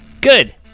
Good